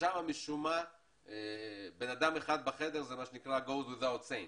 שם משום מה אדם אחד בחדר זה goes without saying,